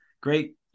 Great